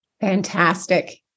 Fantastic